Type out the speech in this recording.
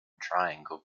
triangle